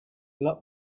lot